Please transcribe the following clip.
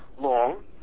long